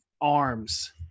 arms